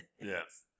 yes